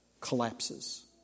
collapses